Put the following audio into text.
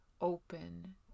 open